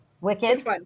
Wicked